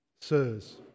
Sirs